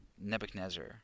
Nebuchadnezzar